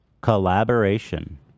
collaboration